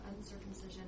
uncircumcision